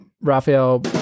Raphael